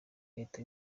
leta